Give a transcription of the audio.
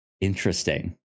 Interesting